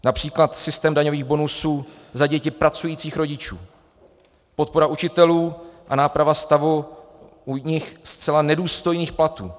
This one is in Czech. Například systém daňových bonusů za děti pracujících rodičů, podpora učitelů a náprava stavu u nich zcela nedůstojných platů.